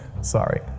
sorry